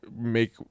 make